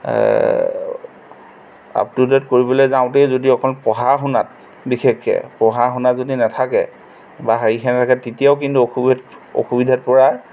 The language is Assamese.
আপ টু ডে'ট কৰিবলৈ যাওঁতেই যদি অকণ পঢ়া শুনাত বিশেষকৈ পঢ়া শুনা যদি নাথাকে বা তেতিয়াও কিন্তু অসু অসুবিধাত পৰাৰ